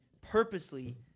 purposely